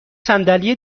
صندلی